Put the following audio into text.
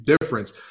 difference